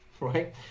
right